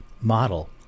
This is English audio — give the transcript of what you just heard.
model